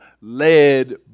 led